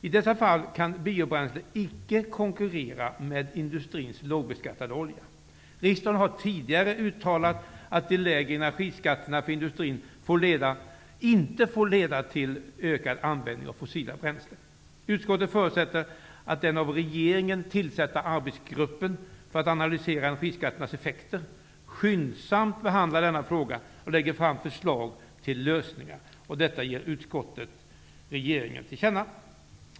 I dessa fall kan biobränslen icke konkurrera med industrins lågbeskattade olja. Riksdagen har tidigare uttalat att de lägre energiskatterna för industrin inte får leda till ökad användning av fossila bränslen. Utskottet förutsätter att den av regeringen tillsatta arbetsgruppen för att analysera energiskatternas effekter skyndsamt behandlar denna fråga och lägger fram förslag till lösningar. Detta ges regeringen till känna.